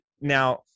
now